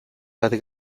bat